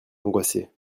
angoissé